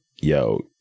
yo